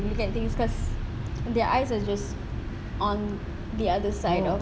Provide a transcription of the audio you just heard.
look at things because their eyes are just on the other side of